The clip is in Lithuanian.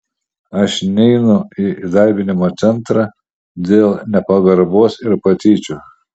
aš neinu į įdarbinimo centrą dėl nepagarbos ir patyčių